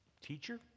Teacher